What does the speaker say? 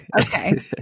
Okay